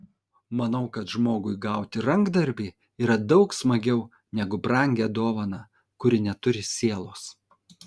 manau kad žmogui gauti rankdarbį yra daug smagiau negu brangią dovaną kuri neturi sielos